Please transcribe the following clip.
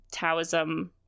Taoism